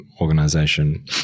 organization